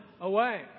away